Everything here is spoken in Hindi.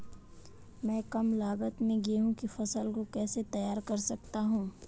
मैं कम लागत में गेहूँ की फसल को कैसे तैयार कर सकता हूँ?